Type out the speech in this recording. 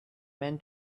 men